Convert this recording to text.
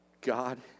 God